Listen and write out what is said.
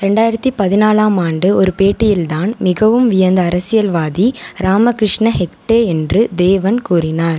ரெண்டாயிரத்தி பதினாலாம் ஆண்டு ஒரு பேட்டியில் தான் மிகவும் வியந்த அரசியல்வாதி ராமகிருஷ்ண ஹெக்டே என்று தேவன் கூறினார்